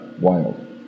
wild